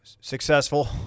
Successful